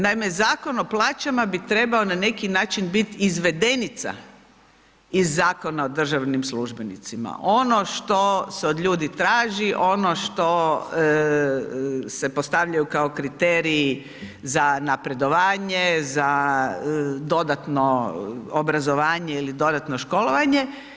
Naime, Zakon o plaćama bi trebao na neki način bit izvedenica iz Zakona o državnim službenicima, ono što se od ljudi traži, ono što se postavljaju kao kriteriji za napredovanje, za dodatno obrazovanje ili dodatno školovanje.